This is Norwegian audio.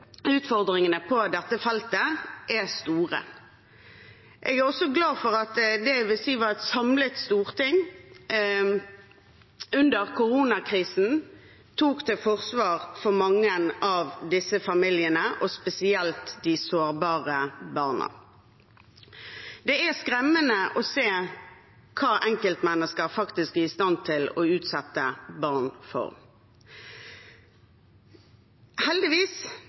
utfordringene på dette feltet er store. Jeg er også glad for å si at det var et samlet storting som under koronakrisen gikk til forsvar for mange disse familiene og spesielt de sårbare barna. Det er skremmende å se hva enkeltmennesker faktisk er i stand til å utsette barn for. Heldigvis: